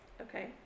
Okay